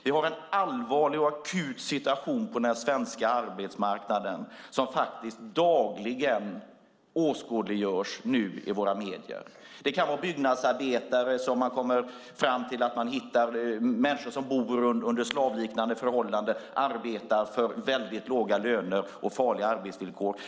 Vi har en allvarlig och akut situation på den svenska arbetsmarknaden som dagligen åskådliggörs i våra medier. Det kan vara byggnadsarbetare som bor under slavliknande förhållanden, arbetar för väldigt låga löner och under farliga arbetsvillkor.